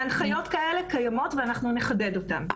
הנחיות כאלה קיימות ואנחנו נחדד אותן.